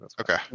Okay